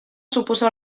supuso